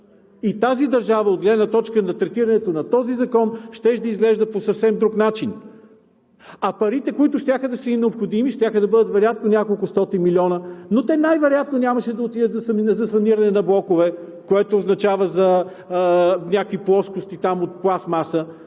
в България и от гледна точка на третирането на този закон тази държава щеше да изглежда по съвсем друг начин. Парите, които щяха да са ѝ необходими, щяха да бъдат вероятно няколкостотин милиона, но те най-вероятно нямаше да отидат за саниране на блокове, което означава за някакви плоскости от пластмаса.